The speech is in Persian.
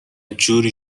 جوری